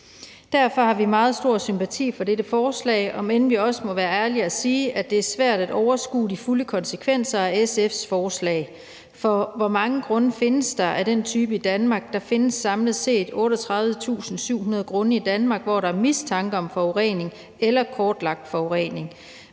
Derfor har vi meget stor sympati for dette forslag, om end vi også må være ærlige og sige, at det er svært at overskue de fulde konsekvenser af SF's forslag. For hvor mange grunde findes der af den type i Danmark? Der findes samlet set 38.700 grunde i Danmark, hvor der er mistanke om forurening eller der er kortlagt forurening,